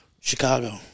Chicago